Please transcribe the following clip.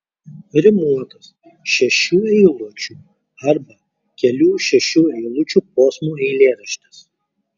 rimuotas šešių eilučių arba kelių šešių eilučių posmų eilėraštis